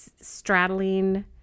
straddling